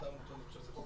זה חוק